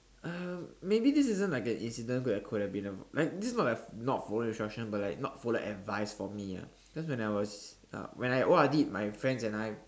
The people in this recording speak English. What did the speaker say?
um maybe this isn't like an incident that could have been like this is not not following instruction but like not following advice for me ah cause when I was uh when I O_R_D my friends and I